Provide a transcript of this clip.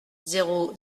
zéro